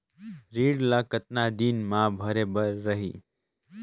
ऋण ला कतना दिन मा भरे बर रही?